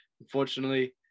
Unfortunately